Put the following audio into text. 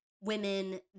women